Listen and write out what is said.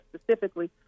specifically